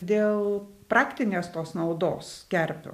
dėl praktinės tos naudos kerpių